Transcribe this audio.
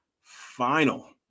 final